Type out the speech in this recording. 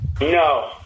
no